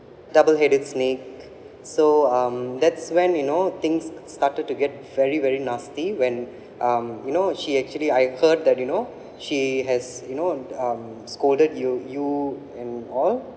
double headed snake so um that's when you know things started to get very very nasty when um you know she actually I heard that you know she has you know um scolded you you and all